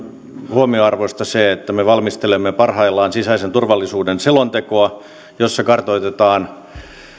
huomionarvoista se että me valmistelemme parhaillaan sisäisen turvallisuuden selontekoa jossa kartoitetaan